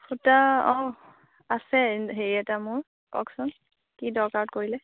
সূতা অ' আছে হেৰি এটা মোৰ কওকচোন কি দৰকাৰত কৰিলে